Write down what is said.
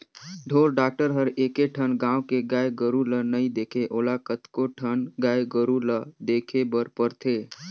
ढोर डॉक्टर हर एके ठन गाँव के गाय गोरु ल नइ देखे ओला कतको ठन गाय गोरु ल देखे बर परथे